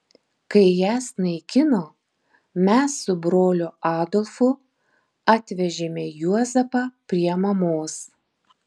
kai jas naikino mes su broliu adolfu atvežėme juozapą prie mamos